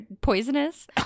poisonous